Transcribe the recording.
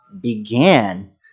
began